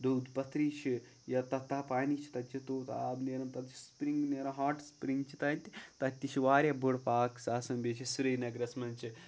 دوٗدھ پَتھری چھِ یا تتا پانی چھِ تَتہِ چھِ توٚت آب نیران تَتہِ چھِ سپرِنٛگ نیران ہاٹ سپرِنٛگ چھِ تَتہِ تَتہِ تہِ چھِ واریاہ بٔڑ پاکٕس آسان بیٚیہِ چھِ سریٖنَگرَس منٛز چھِ